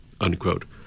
unquote